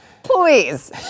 Please